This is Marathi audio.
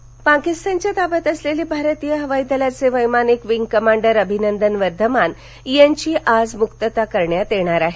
सुटका पाकिस्तानच्या ताब्यात असलेले भारतीय हवाई दलाचे वैमानिक विंग कमांडर अभिनंदन वर्धमान यांची आज मुक्तता करण्यात येणार आहे